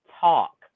talk